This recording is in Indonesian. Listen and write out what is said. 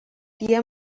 dia